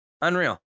Unreal